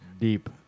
deep